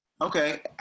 okay